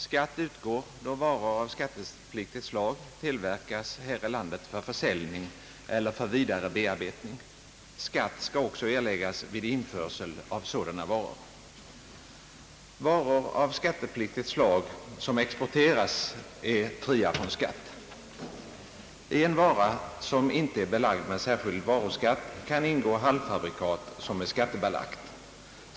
Skatt utgår, då varor av skattepliktigt slag tillverkas här i landet för försäljning eller för vidare bearbetning. Skatt skall också erläggas vid införsel av sådana varor. Varor av skattepliktigt slag som exporteras är fria från skatt. I en vara som inte är belagd med särskild varuskatt kan ingå halvfabrikat som är skattebelagt.